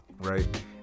right